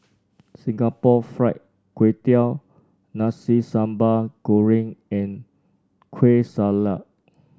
Singapore Fried Kway Tiao Nasi Sambal Goreng and Kueh Salat